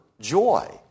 joy